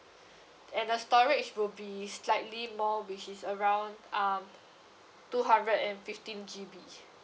and the storage will be slightly more which is around um two hundred and fifteen G_B